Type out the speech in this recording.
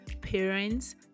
parents